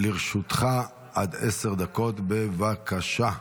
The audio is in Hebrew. לרשותך עד עשר דקות, בבקשה.